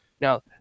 Now